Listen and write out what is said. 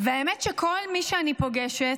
והאמת שכל מי שאני פוגשת,